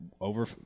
over